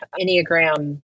enneagram